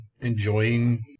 enjoying